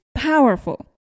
Powerful